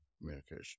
communication